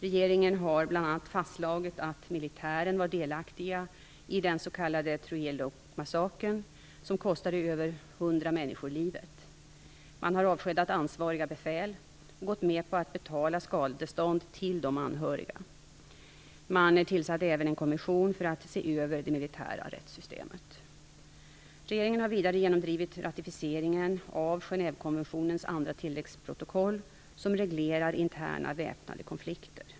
Regeringen har bl.a. fastslagit att militären var delaktig i den s.k. Trujillo-massakern, som kostade över 100 personer livet. Man har avskedat ansvariga befäl och gått med på att betala skadestånd till de anhöriga. Man tillsatte även en kommission för att se över det militära rättssystemet. Regeringen har vidare genomdrivit ratificeringen av Genèvekonventionens andra tilläggsprotokoll, som reglerar interna väpnade konflikter.